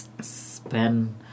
spend